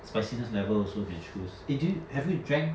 spiciness level also can choose eh did you have you drank